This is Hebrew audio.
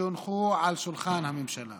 שהונחו על שולחן הממשלה